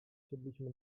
wsiedliśmy